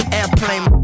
Airplane